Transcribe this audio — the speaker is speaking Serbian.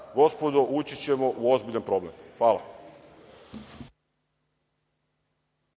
gospodo, ući ćemo u ozbiljan problem. Hvala.